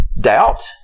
doubt